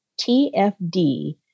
TFD